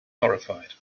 horrified